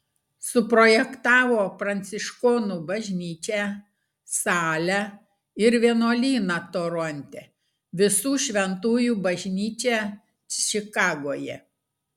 suprojektavo pranciškonų bažnyčią salę ir vienuolyną toronte visų šventųjų bažnyčią čikagoje